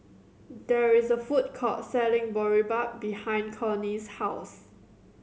there is a food court selling Boribap behind Connie's house